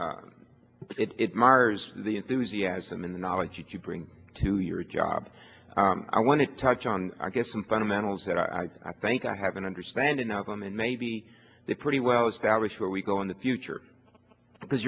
it mars the enthusiasm in the knowledge that you bring to your job i want to touch on i guess some fundamentals that i i think i have an understanding of them and maybe they're pretty well established where we go in the future because